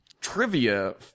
trivia